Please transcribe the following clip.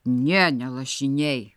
ne ne lašiniai